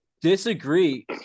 disagree